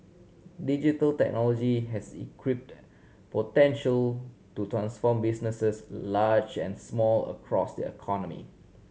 digital technology has equipped potential to transform businesses large and small across the economy